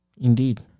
Indeed